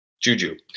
juju